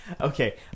okay